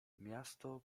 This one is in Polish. miasto